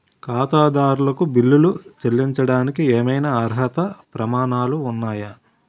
ఖాతాదారులకు బిల్లులు చెల్లించడానికి ఏవైనా అర్హత ప్రమాణాలు ఉన్నాయా?